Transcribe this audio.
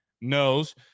knows